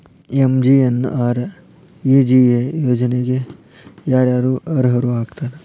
MGNREGA ಯೋಜನೆಗೆ ಯಾರ ಯಾರು ಅರ್ಹರು ಆಗ್ತಾರ?